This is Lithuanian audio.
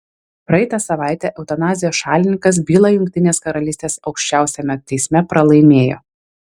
praeitą savaitę eutanazijos šalininkas bylą jungtinės karalystės aukščiausiame teisme pralaimėjo